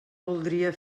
voldria